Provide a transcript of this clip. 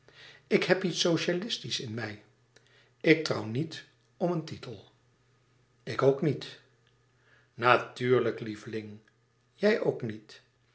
ik heb iets socialistisch in mij ik trouw niet om een titel ik ook niet natuurlijk lieveling jij ook niet